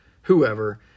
whoever